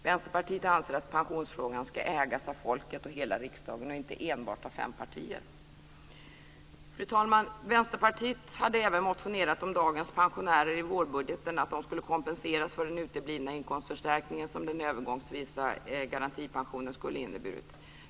Vänsterpartiet anser att pensionsfrågan ska ägas av folket och hela riksdagen och inte enbart av fem partier. Fru talman! Vänsterpartiet hade även motionerat om att dagens pensionärer i vårbudgeten skulle kompenseras för den uteblivna inkomstförstärkning som den övergångsvisa garantipensionen skulle inneburit.